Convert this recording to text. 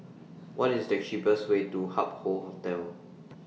What IS The cheapest Way to Hup Hoe Hotel